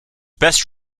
best